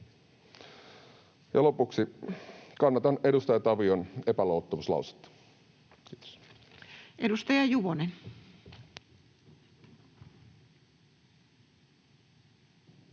lopuksi: kannatan edustaja Tavion epäluottamuslausetta.